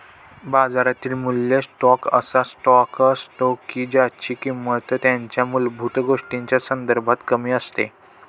बाजारातील मूल्य स्टॉक असा स्टॉक असतो की ज्यांची किंमत त्यांच्या मूलभूत गोष्टींच्या संदर्भात कमी असते